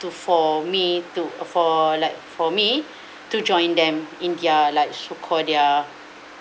to for me to uh for like for me to join them in their like so called their